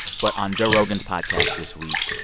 but on joe rogan's podcast this week,